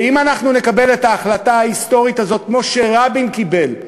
ואם אנחנו נקבל את ההחלטה ההיסטורית הזאת כמו שרבין קיבל,